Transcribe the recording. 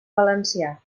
valencià